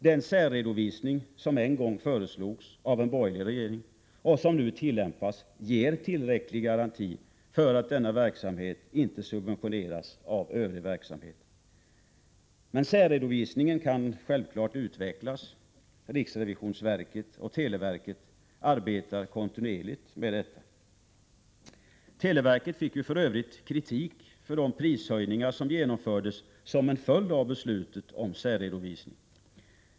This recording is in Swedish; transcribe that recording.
Den särredovisning som en gång föreslogs av en borgerlig regering och som nu tillämpas ger tillräcklig garanti för att denna verksamhet inte subventioneras av övrig verksamhet. Men särredovisningen kan självfallet utvecklas. Riksrevisionsverket och televerket arbetar kontinuerligt med detta. Televerket fick för övrigt kritik för de prishöjningar som genomfördes som en följd av beslutet om särredovisning.